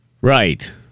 Right